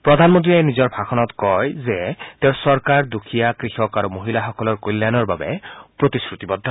প্ৰধানমন্ত্ৰী নিজৰ ভাষণত কয় যে তেওঁৰ চৰকাৰ দুখীয়া কৃষক আৰু মহিলাসকলৰ কল্যাণৰ বাবে প্ৰতিশ্ৰুতিবদ্ধ